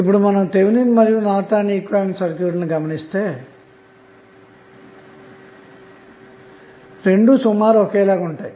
ఇప్పుడు మనం థెవెనిన్ మరియు నార్టన్ ఈక్వివలెంట్ సర్క్యూట్లను గమనిస్తే రెండూ సుమారుగా ఒకే లాగా ఉన్నాయి